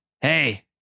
Hey